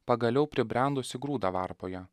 pagaliau pribrendusį grūdą varpoje